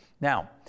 Now